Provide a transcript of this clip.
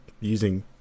using